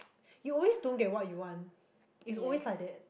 you always don't get what you want it's always like that